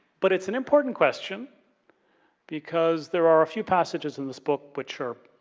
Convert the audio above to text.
but, it's an important question because there are a few passages in this book which are,